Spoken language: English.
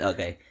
Okay